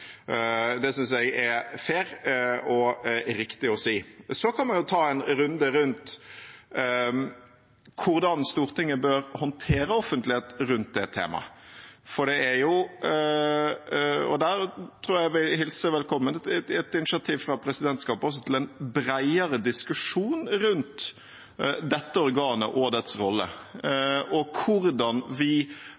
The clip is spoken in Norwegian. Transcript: Det synes jeg er fair og riktig å si. Så kan man ta en runde rundt hvordan Stortinget bør håndtere offentlighet rundt det temaet. Her vil jeg også hilse velkommen et initiativ fra presidentskapet til en bredere diskusjon rundt dette organet og dets rolle